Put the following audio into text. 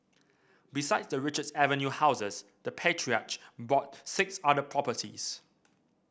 besides the Richards Avenue houses the patriarch bought six other properties